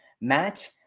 Matt